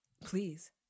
Please